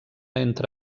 entre